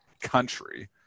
country